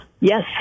Yes